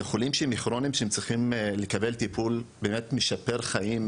זה חולים כרוניים שהם צריכים לקבל טיפול באמת משפר חיים,